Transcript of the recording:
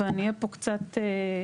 ואני אהיה פה קצת בוטה,